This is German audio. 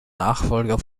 nachfolger